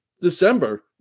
December